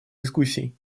дискуссий